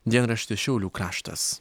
dienraštis šiaulių kraštas